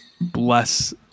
Bless